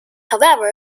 however